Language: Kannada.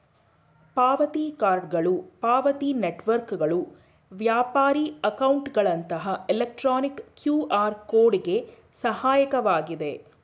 ಪಾವತಿ ಕಾರ್ಡ್ಗಳು ಪಾವತಿ ನೆಟ್ವರ್ಕ್ಗಳು ವ್ಯಾಪಾರಿ ಅಕೌಂಟ್ಗಳಂತಹ ಎಲೆಕ್ಟ್ರಾನಿಕ್ ಕ್ಯೂಆರ್ ಕೋಡ್ ಗೆ ಸಹಾಯಕವಾಗಿದೆ